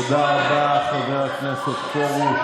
תודה רבה, חבר הכנסת פרוש.